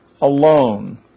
alone